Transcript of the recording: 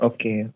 Okay